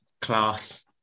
Class